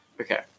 Okay